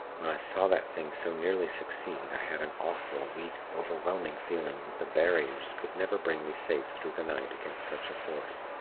when i saw that thing so nearly succeed, i had an awful, weak, overwhelming feeling that the barriers could never bring me safe through the night against such a force.